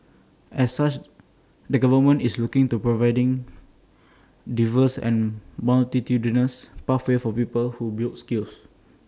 as such the government is looking at providing diverse and multitudinous pathways for people who build skills